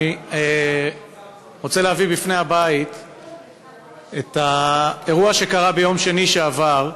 אני רוצה להביא בפני הבית את האירוע שקרה ביום שני שעבר,